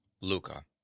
Luca